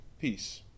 peace